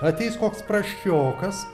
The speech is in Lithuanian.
ateis koks prasčiokas